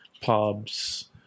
pubs